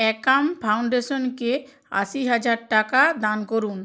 অ্যাকাম ফাউন্ডেশনকে আশি হাজার টাকা দান করুন